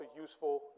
useful